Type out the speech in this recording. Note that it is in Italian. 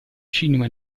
cinema